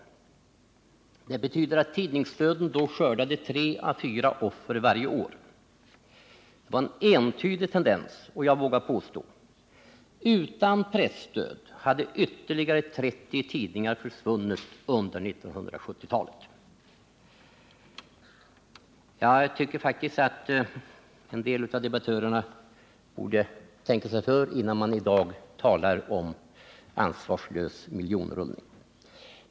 Det betyder att tidningsdöden skördade tre å fyra offer varje år. Tendensen var entydig, och jag vågar påstå: Utan presstöd hade ytterligare 30 tidningar försvunnit under 1970-talet. Jag tycker faktiskt att en del av debattörerna borde tänka sig för innan de i dag talar om ansvarslös miljonrullning.